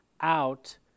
out